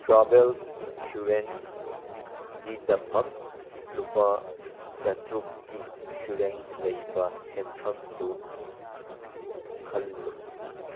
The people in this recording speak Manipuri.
ꯇ꯭ꯔꯥꯕꯦꯜ ꯏꯟꯁꯨꯔꯦꯟꯁꯒꯤꯗꯃꯛ ꯂꯨꯄꯥ ꯆꯥꯇ꯭ꯔꯨꯛꯀꯤ ꯏꯟꯁꯨꯔꯦꯟꯁ ꯂꯩꯕ ꯁꯦꯝꯐꯝꯗꯨ ꯈꯜꯖꯨ